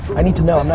i need to know.